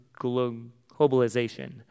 globalization